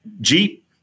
Jeep